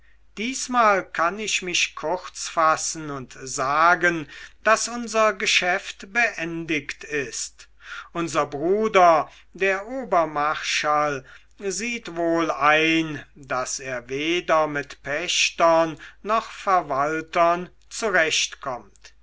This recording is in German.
diesmal kann ich mich kurz fassen und sagen daß unser geschäft beendigt ist unser bruder der obermarschall sieht wohl ein daß er weder mit pächtern noch verwaltern